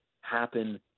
happen